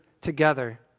together